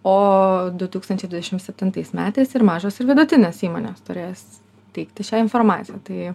o du tūkstančiai dvidešimt septintais metais ir mažos ir vidutinės įmonės turės teikti šią informaciją tai